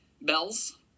Bells